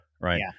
Right